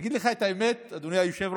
אגיד לך את האמת, אדוני היושב-ראש,